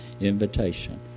invitation